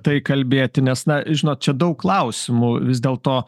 tai kalbėti nes na žinot čia daug klausimų vis dėl to